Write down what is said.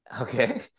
okay